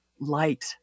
light